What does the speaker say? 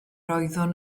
oeddwn